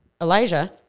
Elijah